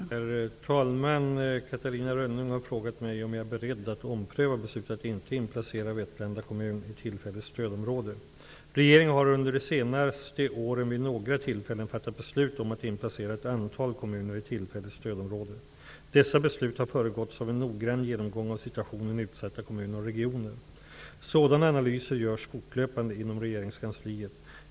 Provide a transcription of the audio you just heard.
Herr talman! Catarina Rönnung har frågat mig om jag är beredd att ompröva beslutet att inte inplacera Regeringen har under de senaste åren vid några tillfällen fattat beslut om att inplacera ett antal kommuner i tillfälligt stödområde. Dessa beslut har föregåtts av en noggrann genomgång av situationen i utsatta kommuner och regioner. Sådana analyser görs fortlöpande inom regeringskansliet.